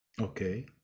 Okay